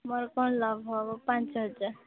ମୋର କ'ଣ ଲାଭ ହେବ ପାଞ୍ଚ ହଜାର